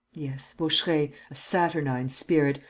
yes, vaucheray, a saturnine spirit,